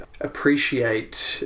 appreciate